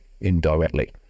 indirectly